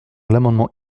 l’amendement